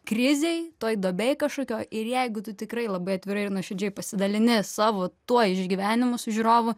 krizėj toj duobėj kažkokioj ir jeigu tu tikrai labai atvirai ir nuoširdžiai pasidalini savo tuo išgyvenimu su žiūrovu